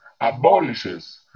abolishes